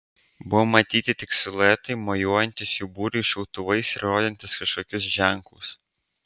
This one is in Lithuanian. buvo matyti tik siluetai mojuojantys jų būriui šautuvais ir rodantys kažkokius ženklus